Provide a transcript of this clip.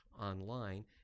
online